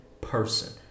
person